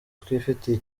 twifitiye